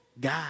God